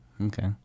Okay